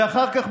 ואחר כך,